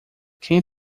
quem